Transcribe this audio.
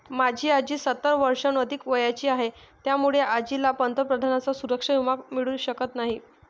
माझी आजी सत्तर वर्षांहून अधिक वयाची आहे, त्यामुळे आजीला पंतप्रधानांचा सुरक्षा विमा मिळू शकत नाही